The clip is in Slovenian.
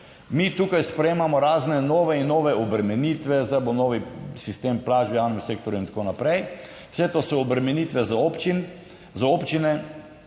Mi tukaj sprejemamo razne nove in nove obremenitve, zdaj bo novi sistem plač v javnem sektorju in tako naprej, vse to so obremenitve za občine.